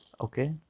Okay